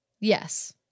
Yes